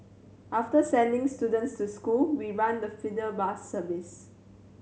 after sending students to school we run the feeder bus service